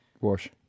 wash